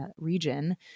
region